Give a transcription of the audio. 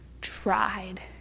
tried